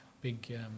big